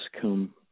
come